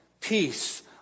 peace